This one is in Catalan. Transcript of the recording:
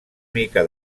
mica